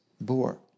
bore